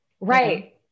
right